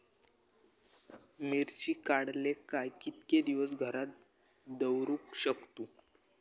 मिर्ची काडले काय कीतके दिवस घरात दवरुक शकतू?